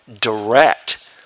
direct